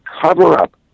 cover-up